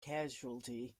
casualty